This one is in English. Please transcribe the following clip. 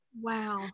Wow